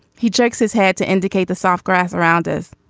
he shakes his head to indicate the soft grass around us.